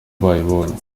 bayibonye